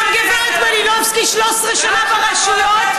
גם גברת מלינובסקי, 13 שנה ברשויות.